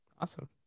awesome